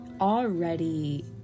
already